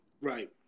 right